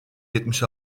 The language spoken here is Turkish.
yetmiş